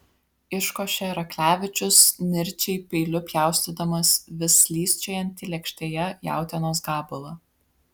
iškošė raklevičius nirčiai peiliu pjaustydamas vis slysčiojantį lėkštėje jautienos gabalą